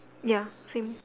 ya same